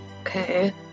Okay